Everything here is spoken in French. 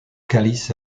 calice